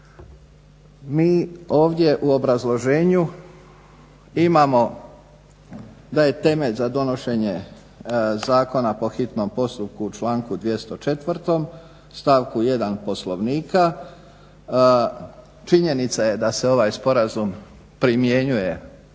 Mi ovdje u obrazloženju imamo da je temelj za donošenje zakona po hitnom postupku u članku 204., stavku 1. Poslovnika, činjenica je da se ovaj sporazum primjenjuje,